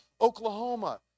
Oklahoma